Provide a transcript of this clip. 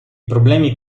problemi